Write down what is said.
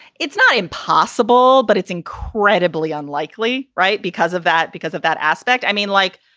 it's not impossible, but it's incredibly unlikely. right. because of that. because of that aspect. i mean, like.